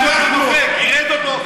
ניסו להרוג אתו,